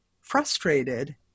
frustrated